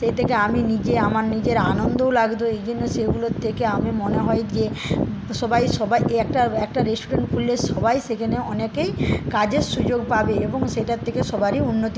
সেই থেকে আমি নিজে আমার নিজের আনন্দও লাগত এইজন্য সেগুলোর থেকে আমি মনে হয় গিয়ে সবাই সবাই একটা একটা রেষ্টুরেন্ট খুললে সবাই সেখানে অনেকেই কাজের সুযোগ পাবে এবং সেটার থেকে সবারই উন্নতি